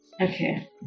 Okay